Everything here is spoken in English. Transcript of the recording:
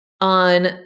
on